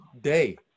day